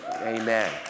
amen